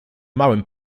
małym